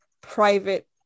private